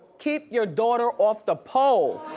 keep your daughter off the pole.